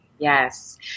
Yes